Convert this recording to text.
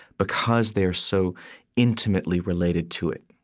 because they're so intimately related to it,